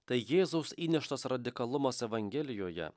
tai jėzaus įneštas radikalumas evangelijoje